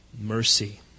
mercy